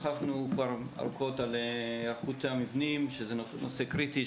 שוחחנו ארוכות על היערכות המבנים, שזה נושא קריטי.